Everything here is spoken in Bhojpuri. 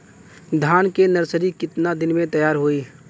धान के नर्सरी कितना दिन में तैयार होई?